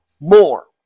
more